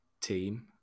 team